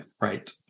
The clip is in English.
Right